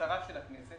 בקרה של הכנסת,